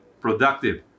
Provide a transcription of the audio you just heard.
productive